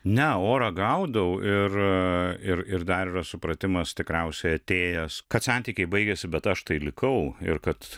ne orą gaudau ir ir ir dar yra supratimas tikriausiai atėjęs kad santykiai baigėsi bet aš tai likau ir kad